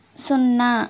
సున్నా